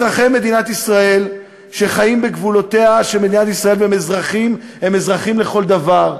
אזרחי מדינת ישראל שחיים בגבולותיה של מדינת ישראל הם אזרחים לכל דבר,